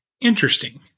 Interesting